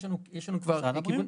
משרד הבריאות.